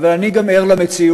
אבל אני גם ער למציאות,